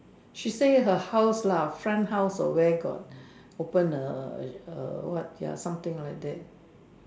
she say her house lah front house or where got open a a what ya something like that